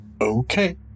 Okay